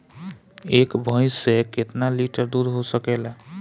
एक भइस से कितना लिटर दूध हो सकेला?